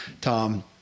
Tom